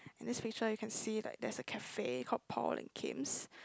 in this picture you can see like there's a cafe called Paul and Kim's